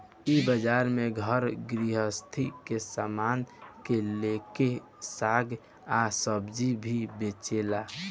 इ बाजार में घर गृहस्थी के सामान से लेके साग आ सब्जी भी बेचाला